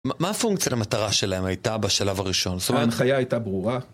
מה הפונקציה למטרה שלהם הייתה בשלב הראשון, זאת אומרת? ההנחיה הייתה ברורה.